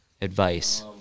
advice